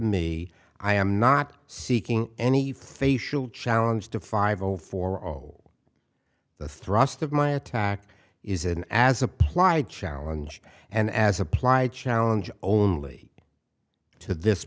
me i am not seeking any facial challenge to five zero for the thrust of my attack is an as applied challenge and as applied challenge only to this